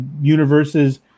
universes